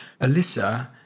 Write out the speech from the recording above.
Alyssa